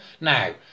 Now